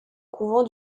couvent